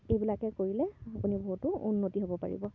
এইবিলাকে কৰিলে আপুনি বহুতো উন্নতি হ'ব পাৰিব